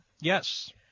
Yes